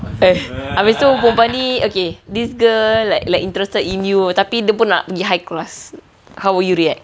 err habis tu perempuan ni okay this girl like like interested in you tapi dia pun nak pergi high class how will you react